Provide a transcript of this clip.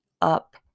up